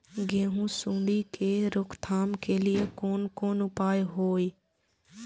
गेहूँ सुंडी के रोकथाम के लिये कोन कोन उपाय हय?